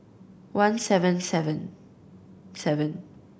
one seven seven seven